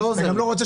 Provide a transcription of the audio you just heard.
אתה גם לא רוצה